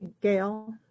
Gail